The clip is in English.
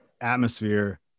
atmosphere